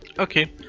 okay,